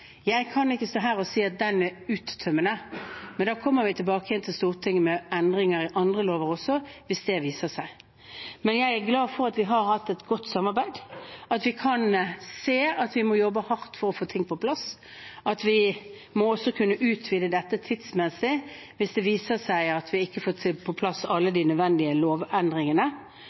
Jeg kan ikke stå her og si at den er uttømmende, men da kommer vi tilbake til Stortinget med endringer i andre lover også hvis det viser seg nødvendig. Jeg er glad for at vi har hatt et godt samarbeid, at vi kan se at vi må jobbe hardt for å få ting på plass, og at vi også må kunne utvide dette tidsmessig hvis det viser seg at vi ikke har fått på plass alle de nødvendige lovendringene.